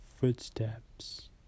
footsteps